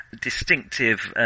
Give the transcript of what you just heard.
distinctive